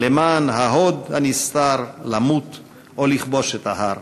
"למען ההוד הנסתר / למות או לכבוש את ההר".